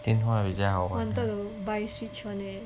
I wanted to buy switch [one]